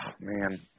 man